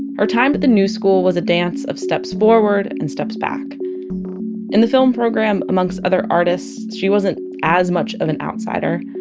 her time but the new school was a dance of steps forward and steps back in the film program, amongst other artists, she wasn't as much of an outsider.